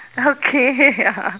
okay ya